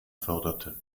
förderte